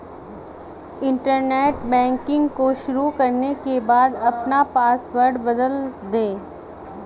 internet banking को शुरू करने के बाद अपना पॉसवर्ड बदल दे